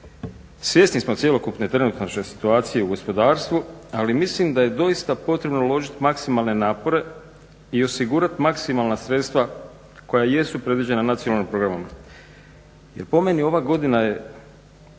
Svjesni smo cjelokupne trenutačne situacije u gospodarstvu, ali mislim da je doista potrebno uložiti maksimalne napore i osigurati maksimalna sredstva koja jesu predviđena Nacionalnim programom.